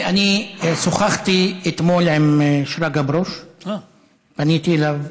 אני שוחחתי אתמול עם שרגא ברוש, פניתי אליו,